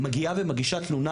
מגיעה ומגישה תלונה,